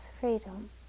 freedom